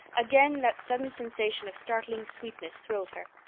again that sudden sensation of startling sweetness thrilled her.